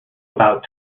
about